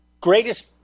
greatest